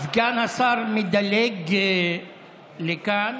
סגן השר מדלג לכאן.